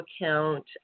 account